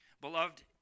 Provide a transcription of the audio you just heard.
Beloved